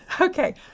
Okay